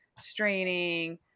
straining